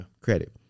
credit